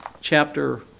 chapter